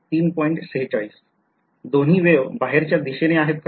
दोन्ही वेव बाहेरच्या दिशेने आहेत का